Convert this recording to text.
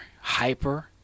hyper